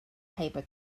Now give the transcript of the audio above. paper